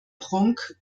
pronk